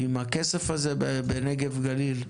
עם הכסף הזה בנגב גליל.